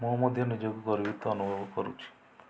ମୁଁ ମଧ୍ୟ ନିଜକୁ ଗର୍ବିତ ଅନୁଭବ କରୁଛି